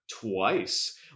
twice